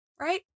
Right